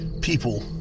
people